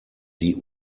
die